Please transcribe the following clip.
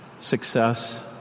success